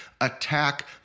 attack